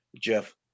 jeff